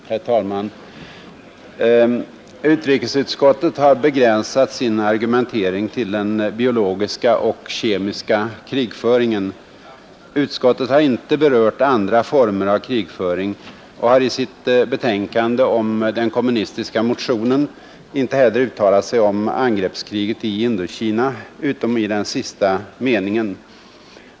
Herr talman! Utrikesutskottet har begränsat sin argumentering till den biologiska och kemiska krigföringen. Utskottet har inte berört andra former av krigföring och har i sitt betänkande om den kommunistiska motionen inte heller uttalat sig om angreppskriget i Indokina utom i den sista meningen.